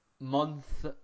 month